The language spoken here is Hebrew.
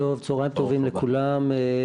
צוהריים טובים לכולם,